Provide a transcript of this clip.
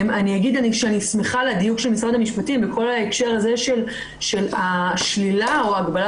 אני שמחה על הדיוק של משרד המשפטים בכל ההקשר שהשלילה או ההגבלה